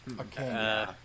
okay